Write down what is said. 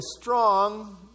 strong